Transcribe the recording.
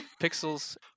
Pixels